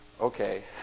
Okay